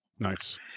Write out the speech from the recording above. nice